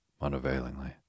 unavailingly